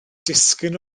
disgyn